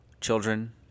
children